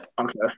Okay